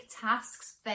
tasks